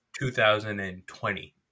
2020